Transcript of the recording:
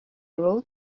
wrote